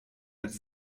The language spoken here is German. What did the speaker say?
als